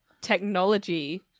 technology